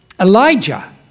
Elijah